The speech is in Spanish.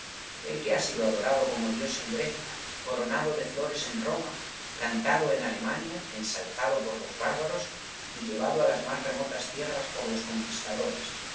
el que ha sido adorado como dios en grecia coronado de flores en roma cantado en alemania ensalzado por los bárbaros y llevado á las más remotas tierras por los conquistadores el